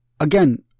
Again